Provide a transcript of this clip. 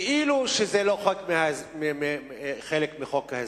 כאילו שזה לא חלק מחוק ההסדרים.